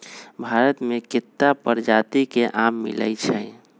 भारत मे केत्ता परजाति के आम मिलई छई